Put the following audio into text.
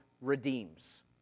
redeems